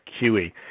QE